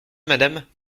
madame